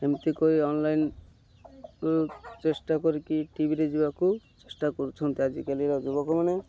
ଏମିତି କରି ଅନଲାଇନ୍ ଚେଷ୍ଟା କରିକି ଟିଭିରେ ଯିବାକୁ ଚେଷ୍ଟା କରୁଛନ୍ତି ଆଜିକାଲିର ଯୁବକମାନେ